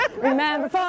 remember